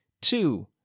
two